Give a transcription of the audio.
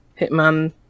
Hitman